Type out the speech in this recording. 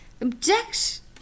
objection